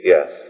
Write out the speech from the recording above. Yes